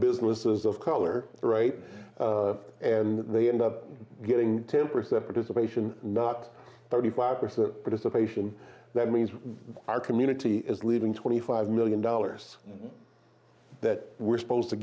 businesses of color and they end up getting ten percent participation not thirty five percent participation that means our community is leaving twenty five million dollars that we're supposed to